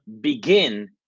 begin